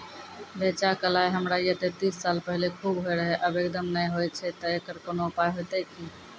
रेचा, कलाय हमरा येते तीस साल पहले खूब होय रहें, अब एकदम नैय होय छैय तऽ एकरऽ कोनो उपाय हेते कि?